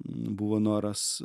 buvo noras